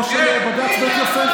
לא אוכל בד"ץ בית יוסף?